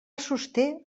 sosté